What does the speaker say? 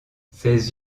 ses